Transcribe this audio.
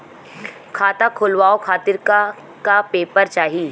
खाता खोलवाव खातिर का का पेपर चाही?